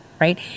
right